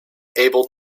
able